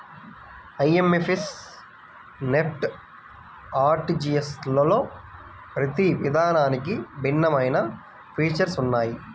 IMPS, NEFT, ఆర్టీజీయస్లలో ప్రతి విధానానికి భిన్నమైన ఫీచర్స్ ఉన్నయ్యి